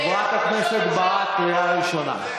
חבר הכנסת בליאק, קריאה ראשונה.